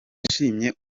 yashimye